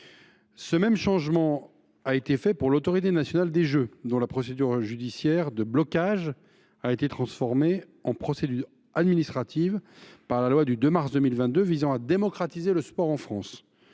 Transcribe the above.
C’est ce qui a été fait pour l’Autorité nationale des jeux (ANJ) : la procédure judiciaire de blocage a été transformée en procédure administrative par la loi du 2 mars 2022 visant à démocratiser le sport en France.